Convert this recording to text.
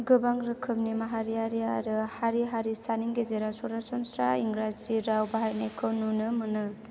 गोबां रोखोमनि माहारियारि आरो हारि हारिसानि गेजेराव सरासनस्रा इंराजि राव बाहायनायखौ नुनो मोनो